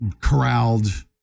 corralled